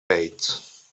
bates